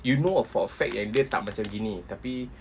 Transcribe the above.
you know a for a fact that yang dia tak macam ini tetapi